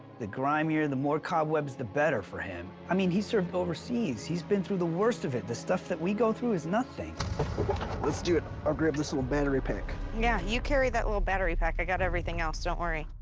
the grimier, and the more cobwebs, the better for him. i mean, he's served overseas. he's been through the worst of it. the stuff that we go through is nothing. brian let's do it. i'll grab this little battery pack. yeah, you carry that little battery pack. i got everything else. don't worry.